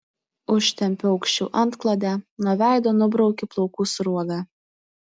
užtempiu aukščiau antklodę nuo veido nubraukiu plaukų sruogą